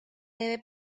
debe